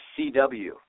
CW